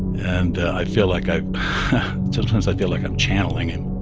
and i feel like i've sometimes i feel like i'm channeling him.